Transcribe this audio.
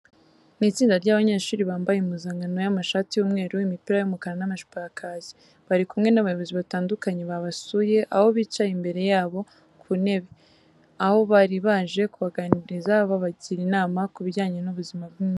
Ni itsinda ry'abanyeshuri bambaye impuzankano y'amashati y'umweru, imipira y'umukara n'amajipo ya kake. Bari kumwe n'abayobozi batandukanye babasuye, aho bicaye imbere yabo ku ntebe, aho bari baje kubaganiriza babagira inama ku bijyanye no ku buzima bw'imyororokere.